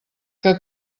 que